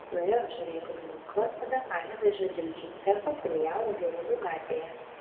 nuėjo apžiūrėti gamyklos tada panevėžio dildžių cecho filialo girulių gatvėje